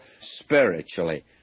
spiritually